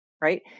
right